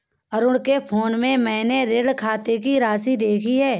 अरुण के फोन में मैने ऋण खाते की राशि देखी